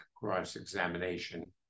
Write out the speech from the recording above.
cross-examination